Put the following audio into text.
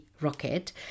Rocket